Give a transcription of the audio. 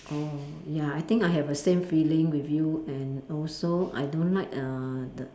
oh ya I think I have the same feeling with you and also I don't like err the